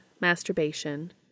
Masturbation